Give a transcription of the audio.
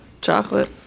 chocolate